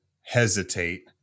hesitate